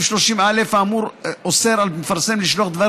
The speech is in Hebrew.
סעיף 30א האמור אוסר על מפרסם לשלוח דבר